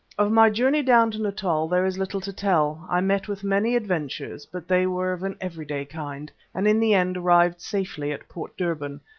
of my journey down to natal there is little to tell. i met with many adventures, but they were of an every-day kind, and in the end arrived safely at port durban,